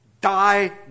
die